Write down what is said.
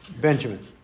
Benjamin